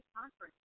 Conference